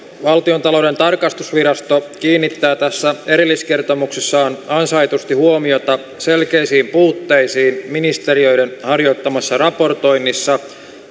valtiontalouden tarkastusvirasto kiinnittää tässä erilliskertomuksessaan ansaitusti huomiota selkeisiin puutteisiin ministe riöiden harjoittamassa raportoinnissa